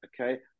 Okay